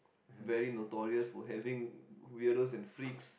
very notorious for having weirdos and freaks